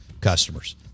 customers